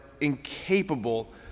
incapable